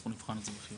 אנחנו נבחן את זה בחיוב.